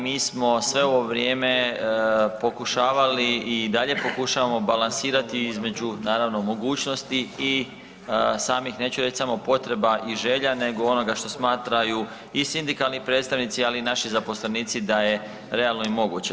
Mi smo sve ovo vrijeme pokušavali i dalje pokušavamo balansirati između naravno mogućnosti i samih, neću reć samo potreba i želja nego onoga što smatraju i sindikalni predstavnici, ali i naši zaposlenici da je realno i moguće.